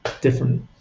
different